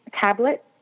tablet